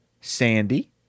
Sandy